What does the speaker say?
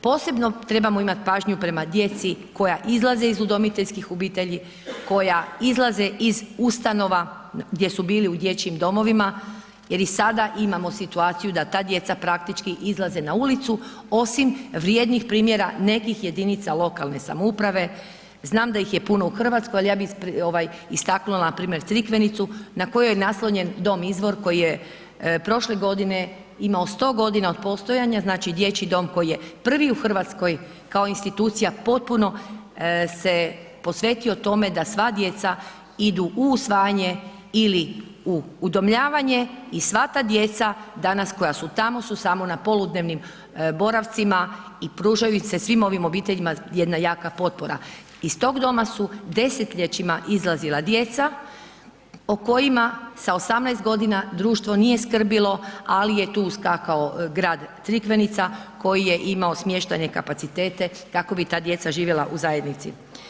Posebno trebamo imat pažnju prema djeci koja izlaze iz udomiteljskih obitelji, koja izlaze iz ustanova gdje su bili u dječjim domovima jer i sada imamo situaciju da ta djeca praktički izlaze na ulicu osim vrijednih primjera nekih jedinica lokalne samouprave, znam da ih je puno u Hrvatskoj ali ja bih istaknula npr. Crikvenicu na kojoj je naslonjen dom „Izvor“ koji je prošle godine imao 100 g. od postojanja, znači dječji dom koji je prvi u Hrvatskoj kao institucija potpuno se posvetio tome da sva djeca idu u usvajanje ili u udomljavanje i sva ta djeca danas koja su tamo su samo na poludnevnim boravcima i pružaju im se svim obiteljima jedna jaka potpora, iz tog doma su desetljećima izlazila djeca o kojima sa 18 g. društvo nije skrbilo ali je tu uskakao grad Crikvenica koji je ima smještajne kapacitete kako bi ta djeca živjela u zajednici.